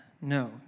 No